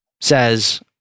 says